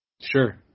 Sure